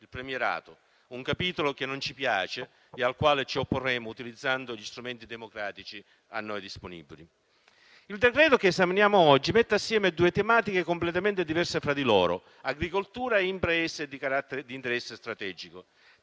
il premierato, un capitolo che non ci piace e al quale ci opporremo, utilizzando gli strumenti democratici a noi disponibili. Il decreto-legge che esaminiamo oggi mette assieme due tematiche completamente diverse fra di loro: agricoltura e imprese di interesse strategico,